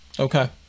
Okay